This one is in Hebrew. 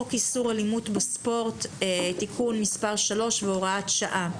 הצעת חוק איסור אלימות בספורט (תיקון מס' 3 והוראת שעה),